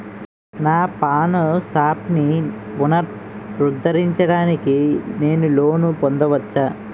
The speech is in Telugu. నా పాన్ షాప్ని పునరుద్ధరించడానికి నేను లోన్ పొందవచ్చా?